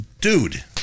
Dude